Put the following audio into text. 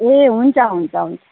ए हुन्छ हुन्छ हुन्छ